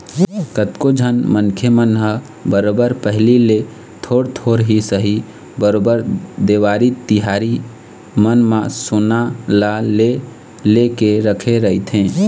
कतको झन मनखे मन ह बरोबर पहिली ले थोर थोर ही सही बरोबर देवारी तिहार मन म सोना ल ले लेके रखे रहिथे